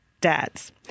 dads